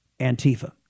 Antifa